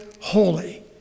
Holy